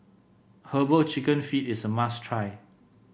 herbal chicken feet is a must try